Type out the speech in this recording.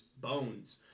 bones